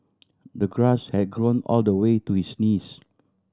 the grass had grown all the way to his knees